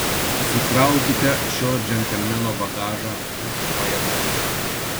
sukraukite šio džentelmeno bagažą už fajetono